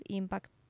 impact